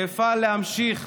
שאפעל להמשיך